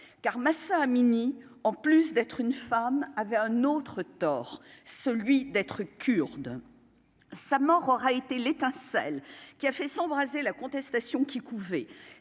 car Mahsa Amini en plus d'être une femme avait un autre tort : celui d'être sa mort aura été l'étincelle qui a fait s'embraser la contestation qui couvait,